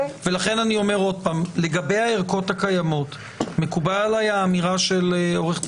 לכן אני אומר שוב: לגבי הערכות הקיימות מקובלת עליי האמירה של עורכת